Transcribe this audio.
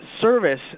service –